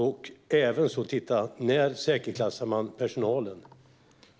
Man bör även titta på när man säkerhetsklassat personalen.